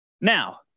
now